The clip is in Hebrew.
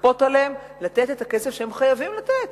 לתת את הכסף שהם חייבים לתת.